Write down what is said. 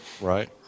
Right